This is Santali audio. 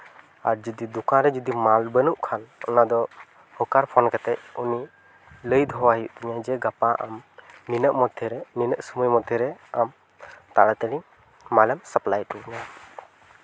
ᱟᱨ ᱡᱩᱫᱤ ᱫᱚᱠᱟᱱ ᱨᱮ ᱡᱩᱫᱤ ᱢᱟᱞ ᱵᱟᱹᱱᱩᱜ ᱠᱷᱟᱱ ᱚᱱᱟᱫᱚ ᱦᱳᱠᱟᱨ ᱯᱷᱳᱱ ᱠᱟᱛᱮᱫ ᱩᱱᱤ ᱞᱟᱹᱭ ᱫᱚᱦᱚ ᱟᱭ ᱦᱩᱭᱩᱜ ᱛᱤᱧᱟᱹ ᱡᱮ ᱜᱟᱯᱟ ᱟᱢ ᱱᱤᱱᱟᱹᱜ ᱢᱚᱫᱽᱫᱷᱮᱨᱮ ᱱᱤᱱᱟᱹᱜ ᱥᱚᱢᱚᱭ ᱢᱚᱫᱽᱫᱷᱮᱨᱮ ᱟᱢ ᱛᱟᱲᱟᱛᱟᱲᱤ ᱢᱟᱞ ᱮᱢ ᱥᱟᱯᱞᱟᱭ ᱤᱧᱟᱹ